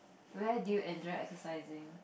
where do you enjoy exercising